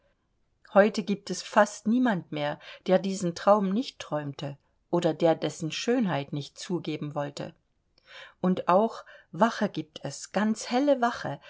heute gibt es fast niemand mehr der diesen traum nicht träumte oder der dessen schönheit nicht zugeben wollte und auch wache gibt es ganz helle